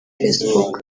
facebook